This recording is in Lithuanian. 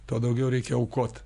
tuo daugiau reikia aukot